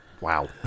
Wow